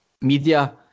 media